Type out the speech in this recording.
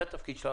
זה התפקיד שלנו.